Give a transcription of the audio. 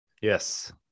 Yes